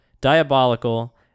diabolical